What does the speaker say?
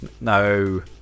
no